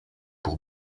pour